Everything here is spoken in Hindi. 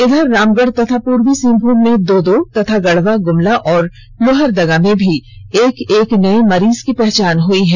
इधर रामगढ तथा पूर्वी सिंहभूम में दो दो तथा गढ़वा गुमला और लोहरदगा में भी एक एक नए मरीजों की पहचान हुई है